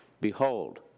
Behold